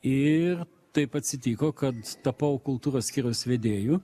ir taip atsitiko kad tapau kultūros skyriaus vedėju